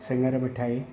सिङर मिठाई